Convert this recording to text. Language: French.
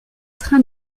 train